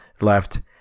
left